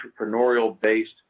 entrepreneurial-based